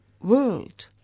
world